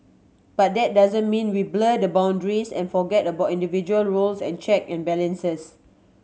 but that doesn't mean we blur the boundaries and forget about individual roles and check and balances